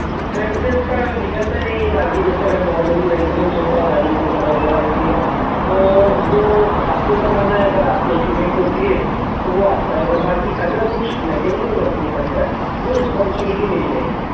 maintenance का निकलता नहीं है बाकी जैसे अगर नॉर्मली मेंटेनेन्स होता है गाड़ी पंचर वगैरह होती है तो वो आपको बनवाना है अगर आप से एक्सीडेंट होती है तो वो आपका है और बाकी अगर कुछ मेकेनिकल वर्क निकलता है वो रिस्पांसिबिलिटी मेरी रहेगी